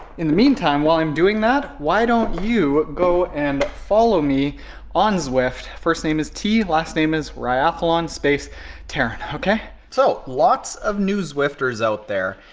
in the meantime, while i'm doing that, why don't you go and follow me on zwift. first name is t. last name is riathlon space taren. okay? so, lots of new zwifters out there.